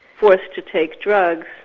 forced to take drugs,